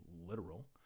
literal